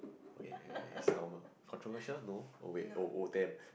okay okay okay is normal controversial no oh wait oh oh damn